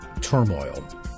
turmoil